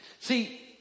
See